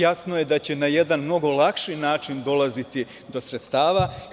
Jasno je da će na jedan mnogo lakši način dolaziti do sredstava.